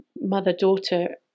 mother-daughter